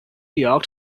york